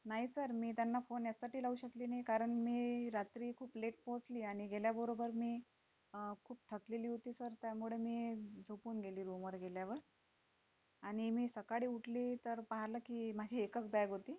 नाही सर मी त्यांना फोन ह्यासाठी लावू शकली नाही कारण मी रात्री खूप लेट पोचली आणि गेल्याबरोबर मी खूप थकलेली होती सर त्यामुळे मी झोपून गेली रूमवर गेल्यावर आणि मी सकाळी उठली तर पाहलं की माझी एकच बॅग होती